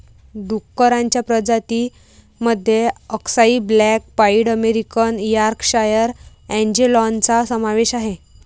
डुक्करांच्या प्रजातीं मध्ये अक्साई ब्लॅक पाईड अमेरिकन यॉर्कशायर अँजेलॉनचा समावेश आहे